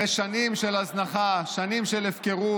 אחרי שנים של הזנחה, שנים של הפקרות,